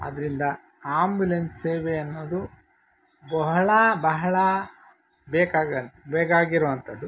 ಆದ್ದರಿಂದ ಆಂಬುಲೆನ್ಸ್ ಸೇವೆ ಅನ್ನೋದು ಬಹಳ ಬಹಳ ಬೇಕಾಗನ್ ಬೇಕಾಗಿರುವಂಥದ್ದು